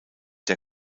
der